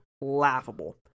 laughable